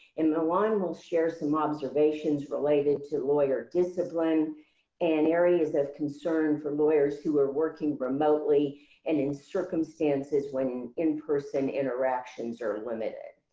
and milan will share some observations related to lawyer discipline and areas of concern for lawyers who are working remotely and in circumstances when in-person interactions are limited.